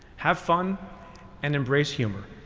have fun and embrace humor.